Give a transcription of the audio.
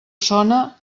sona